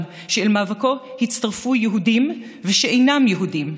שלמאבקו הצטרפו יהודים ושאינם יהודים,